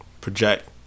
project